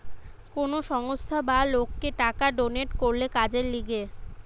কোন সংস্থা বা লোককে টাকা ডোনেট করলে কাজের লিগে